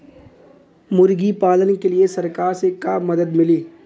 मुर्गी पालन के लीए सरकार से का मदद मिली?